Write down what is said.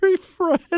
Fred